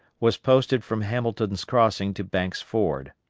was posted from hamilton's crossing to banks' ford.